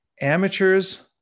amateurs